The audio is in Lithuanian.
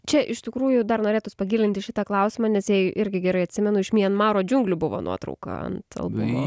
čia iš tikrųjų dar norėtųs pagilinti šitą klausimą nes jei irgi gerai atsimenu iš mianmaro džiunglių buvo nuotrauka ant albumo